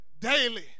daily